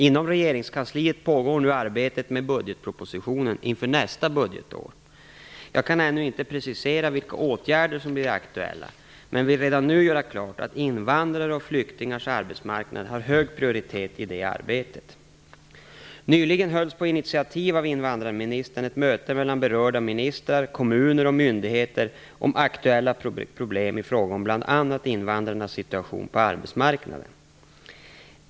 Inom regeringskansliet pågår nu arbetet med budgetpropositionen inför nästa budgetår. Jag kan ännu inte precisera vilka åtgärder som blir aktuella, men vill redan nu göra klart att invandrares och flyktingars arbetsmarknad har hög prioritet i det arbetet. Nyligen hölls, på initiativ av invandrarministern, ett möte mellan berörda ministrar, kommuner och myndigheter om aktuella problem i fråga om bland annat invandrarnas situation på arbetsmarknaden.